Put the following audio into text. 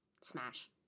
Smash